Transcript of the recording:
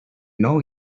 know